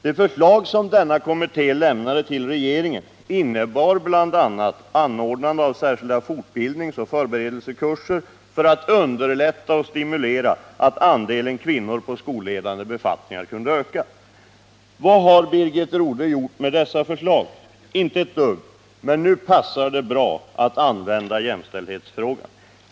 De förslag som denna kommitté lämnade till regeringen innebar bl.a. anordnande av särskilda fortbildningsoch förberedelsekurser för att underlätta och stimulera en ökning av andelen kvinnor på skolledande befattningar. Vad har Birgit Rodhe gjort med dessa förslag? Inte ett dugg. Men nu passar det att använda jämställdhetsfrågan.